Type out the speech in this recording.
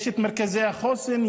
יש את מרכזי החוסן,